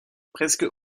presque